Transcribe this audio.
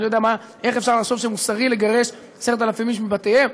אני לא יודע איך אפשר לחשוב שמוסרי לגרש 10,000 איש מבתיהם,